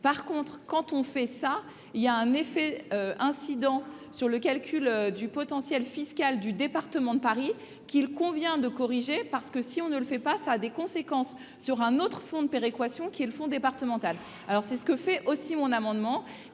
par contre, quand on fait ça, il y a un effet incident sur le calcul du potentiel fiscal, du département de Paris qu'il convient de corriger parce que si on ne le fait pas, ça a des conséquences sur un autre fonds de péréquation qui est le Fonds départemental alors c'est ce que fait aussi mon amendement,